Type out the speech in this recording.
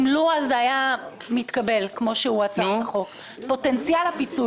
לו הצעת החוק הייתה מתקבלת כפי שהיא?